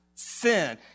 Sin